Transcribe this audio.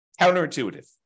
Counterintuitive